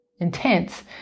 intense